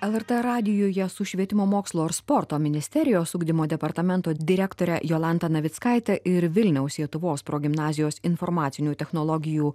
lrt radijuje su švietimo mokslo ir sporto ministerijos ugdymo departamento direktore jolanta navickaite ir vilniaus sietuvos progimnazijos informacinių technologijų